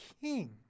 king